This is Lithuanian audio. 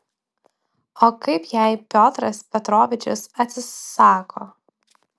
o kaip jei piotras petrovičius atsisako